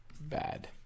bad